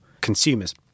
consumers